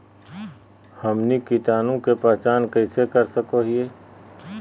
हमनी कीटाणु के पहचान कइसे कर सको हीयइ?